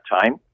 time